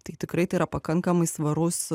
tai tikrai yra pakankamai svarus